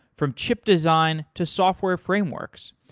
from chip design to software frameworks.